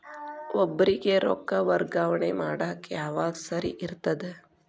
ಒಬ್ಬರಿಗ ರೊಕ್ಕ ವರ್ಗಾ ಮಾಡಾಕ್ ಯಾವಾಗ ಸರಿ ಇರ್ತದ್?